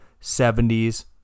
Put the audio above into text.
70s